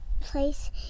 place